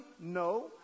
no